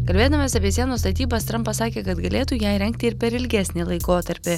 kalbėdamas apie sienos statybas trampas sakė kad galėtų ją įrengti ir per ilgesnį laikotarpį